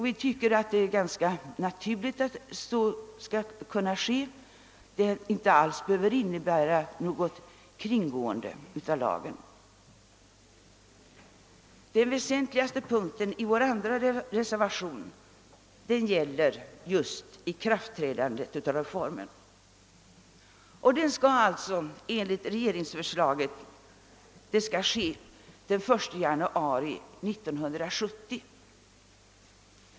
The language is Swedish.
Vi tycker att det är ganska naturligt, att så skall kunna ske och att det inte alls behöver innebära något kringgående av lagen. Den väsentligaste punkten i vår andra reservation gäller ikraftträdandet av reformen. Det skall enligt regeringsförslaget ske den 1 januari 1970.